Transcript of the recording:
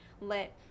let